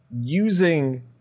using